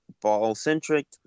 ball-centric